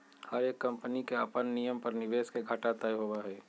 हर एक कम्पनी के अपन नियम पर निवेश के घाटा तय होबा हई